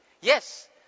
Yes